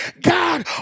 God